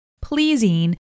pleasing